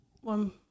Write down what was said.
One